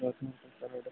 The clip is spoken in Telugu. ఒకే పరవాలేదు